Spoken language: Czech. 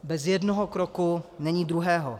Bez jednoho kroku není druhého.